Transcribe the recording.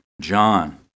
John